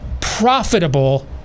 profitable